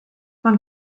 man